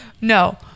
No